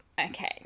okay